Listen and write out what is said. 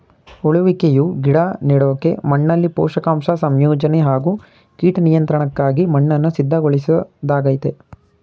ಉಳುವಿಕೆಯು ಗಿಡ ನೆಡೋಕೆ ಮಣ್ಣಲ್ಲಿ ಪೋಷಕಾಂಶ ಸಂಯೋಜನೆ ಹಾಗೂ ಕೀಟ ನಿಯಂತ್ರಣಕ್ಕಾಗಿ ಮಣ್ಣನ್ನು ಸಿದ್ಧಗೊಳಿಸೊದಾಗಯ್ತೆ